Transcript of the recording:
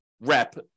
rep